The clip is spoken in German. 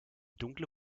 dunkle